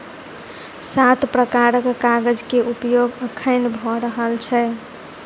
सात प्रकारक कागज के उपयोग अखैन भ रहल छै